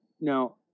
now